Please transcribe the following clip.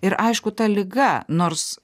ir aišku ta liga nors